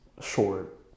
short